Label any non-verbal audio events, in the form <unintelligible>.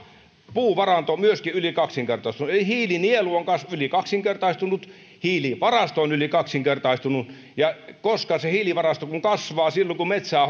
puuvaranto myöskin yli kaksinkertaistunut eli hiilinielu on yli kaksinkertaistunut hiilivarasto on yli kaksinkertaistunut ja koska se hiilivarasto kasvaa silloin kun metsää <unintelligible>